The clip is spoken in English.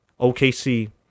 OKC